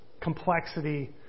complexity